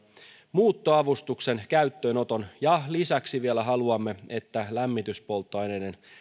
muuttoavustuksen käyttöönoton ja lisäksi vielä haluamme että lämmityspolttoaineiden